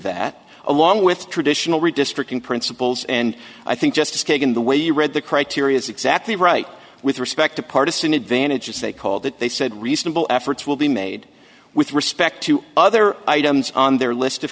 that along with traditional redistricting principles and i think justice kagan the way you read the criteria is exactly right with respect to partisan advantage as they called it they said reasonable efforts will be made with respect to other items on their list of